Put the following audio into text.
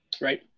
right